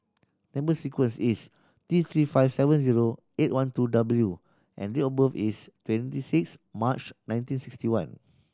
number sequence is T Three five seven zero eight one two W and date of birth is twenty six March nineteen sixty one